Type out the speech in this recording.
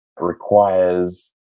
requires